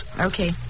Okay